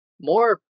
More